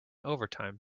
overtime